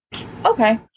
Okay